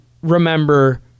remember